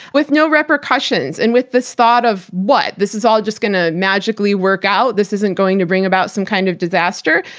with no repercussions and with this thought of what? this is all just going to magically work out? this isn't going to bring about some kind of disaster?